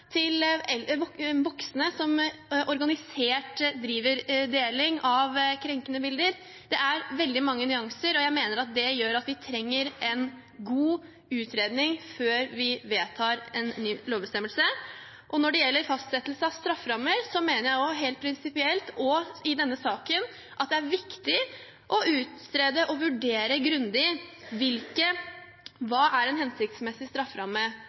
voksne som driver med organisert deling av krenkende bilder. Det er veldig mange nyanser, og jeg mener at det gjør at vi trenger en god utredning før vi vedtar en ny lovbestemmelse. Når det gjelder fastsettelse av strafferammer, mener jeg helt prinsipielt at det er viktig, også i denne saken, å utrede og vurdere grundig hva som er en hensiktsmessig strafferamme.